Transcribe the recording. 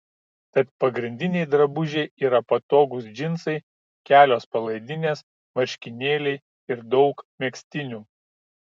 tad pagrindiniai drabužiai yra patogūs džinsai kelios palaidinės marškinėliai ir daug megztinių